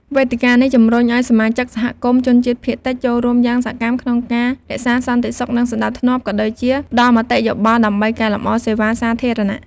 វេទិកានេះជំរុញឲ្យសមាជិកសហគមន៍ជនជាតិភាគតិចចូលរួមយ៉ាងសកម្មក្នុងការរក្សាសន្តិសុខ និងសណ្ដាប់ធ្នាប់ ក៏ដូចជាផ្តល់មតិយោបល់ដើម្បីកែលម្អសេវាសាធារណៈ។